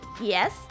yes